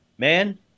Man